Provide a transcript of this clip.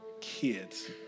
kids